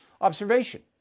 Observation